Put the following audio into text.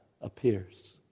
appears